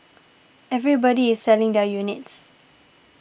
everybody is selling their units